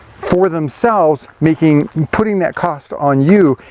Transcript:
for themselves, making putting that cost on you,